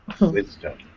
wisdom